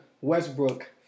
Westbrook